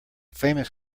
famous